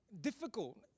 difficult